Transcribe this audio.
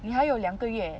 你还有两个月